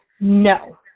No